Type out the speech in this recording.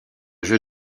jeu